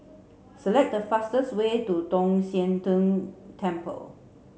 select the fastest way to Tong Sian Tng Temple